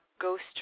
ghost